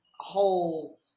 Whole